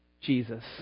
Jesus